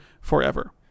forever